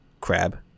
crab